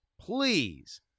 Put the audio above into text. please